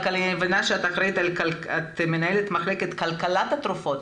אני מבינה שאת מנהלת מחלקת כלכלת התרופות,